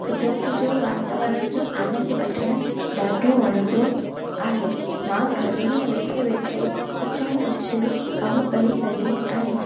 कुदरत जो वातावरण जो आनंदु वठणु ॾाढो वणंदो आहे मां घर में वेठे वेठे कुझ न कुझ कम पई कंदी आ्यांहि